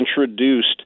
introduced